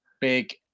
big